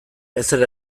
ezer